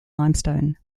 limestone